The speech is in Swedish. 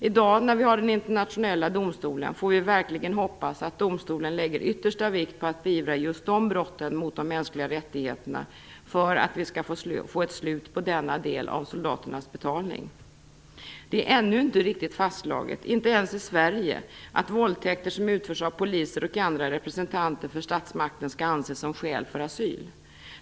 Vi har nu den internationella domstolen, och vi får verkligen hoppas att denna domstol lägger yttersta vikt vid att beivra just dessa brott mot de mänskliga rättigheterna, för att vi skall få ett slut på denna del av soldaternas betalning. Det är ännu inte riktigt fastslaget - inte ens i Sverige - att våldtäkter som utförs av poliser och andra representanter för statsmakten skall anses som skäl för asyl.